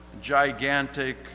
gigantic